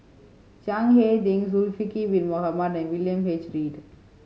Chiang Hai Ding Zulkifli Bin Mohamed and William H Read